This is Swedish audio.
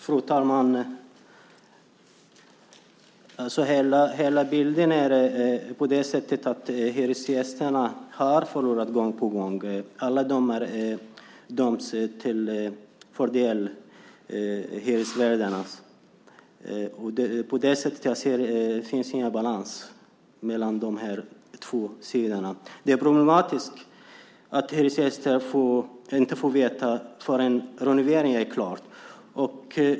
Fru talman! Hela bilden är att hyresgästerna har förlorat gång på gång. De domar som finns har varit till hyresvärdarnas fördel. På det sättet anser jag att det inte finns en balans mellan de två sidorna. Det är problematiskt att hyresgästerna inte får besked förrän renoveringen är klar.